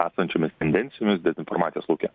esančiomis tendencijomis dezinformacijos lauke